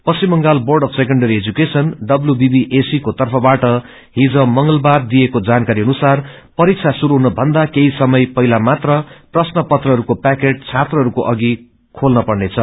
पश्चिम Bengal board of secondary education को तर्फबाट हिज मंगलबार दिइएको जानकारी अनुसार परीक्षा श्रुरू हुन भन्दा केही समय पहिला मात्र प्रश्न पत्रहरूको पैकेट छात्रहरूको अघि खेल्न पर्नेछ